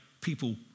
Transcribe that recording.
people